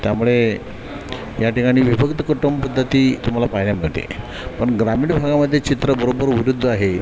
त्यामुळे याठिकाणी विभक्त कुटुंबपद्धती तुम्हाला पाहायला मिळते पण ग्रामीण भागामध्ये चित्र बरोबर विरुद्ध आहे